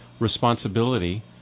responsibility